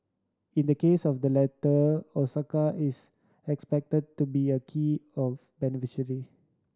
in the case of the latter Osaka is expected to be a key of